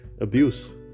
abuse